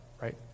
right